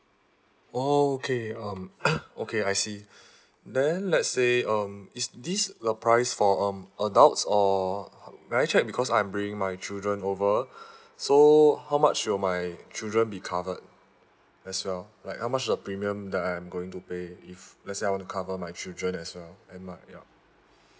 okay um okay I see then let's say um is this the price for um adults or may I check because I'm bringing my children over so how much will my children be covered as well like how much the premium that I'm going to pay if let's say I want to cover my children as well and my ya